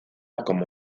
como